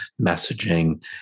messaging